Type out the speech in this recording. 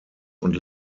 und